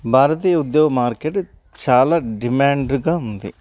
భారతీయ ఉద్యోగం మార్కెట్ చాలా డిమాండ్గా ఉంది